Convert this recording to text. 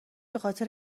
بخاطر